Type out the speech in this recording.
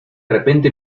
repente